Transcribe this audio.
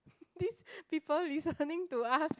this people listening to us